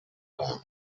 ungarn